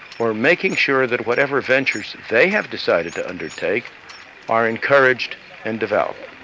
or making sure that whatever ventures they have decided to undertake are encouraged and developed.